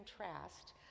contrast